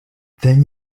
then